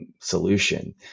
solution